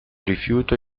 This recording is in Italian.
rifiuto